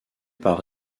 par